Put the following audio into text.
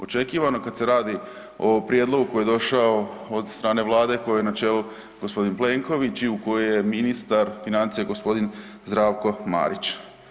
Očekivano kada se radi o prijedlogu koji je došao od strane Vlade kojoj je na čelu gospodin Plenković i u kojoj je ministar financija gospodin Zdravko Marić.